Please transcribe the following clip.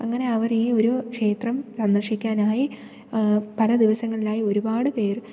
അങ്ങനെ അവർ ഈയൊരു ക്ഷേത്രം സന്ദർശിക്കാനായി പല ദിവസങ്ങളിലായി ഒരുപാട് പേർ